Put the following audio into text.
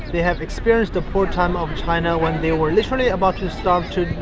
they have experienced the poor time of china when they were literally about to starve to